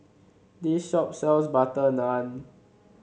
this shop sells butter naan